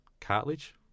cartilage